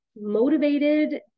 motivated